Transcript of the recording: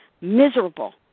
miserable